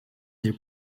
their